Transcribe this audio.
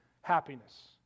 happiness